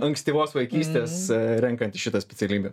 ankstyvos vaikystės renkantis šitą specialybę